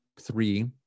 three